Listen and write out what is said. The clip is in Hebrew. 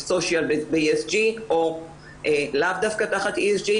Social ב-ESG או לאו דווקא תחת ESG,